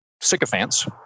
sycophants